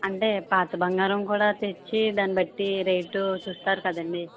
అంటే పాత బంగారం కూడా తెచ్చి దాని బట్టి రేటు చూస్తారు కదండీ